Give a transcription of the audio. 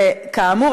וכאמור,